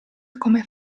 come